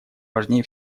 важнее